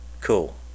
Cool